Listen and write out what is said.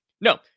no